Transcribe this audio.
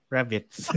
Rabbits